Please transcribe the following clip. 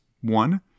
one